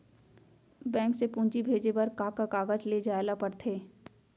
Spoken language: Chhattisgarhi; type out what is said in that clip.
बैंक से पूंजी भेजे बर का का कागज ले जाये ल पड़थे?